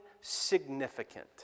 significant